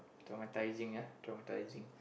traumatising ya traumatising